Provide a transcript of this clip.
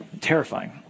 terrifying